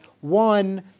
one